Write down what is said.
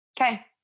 okay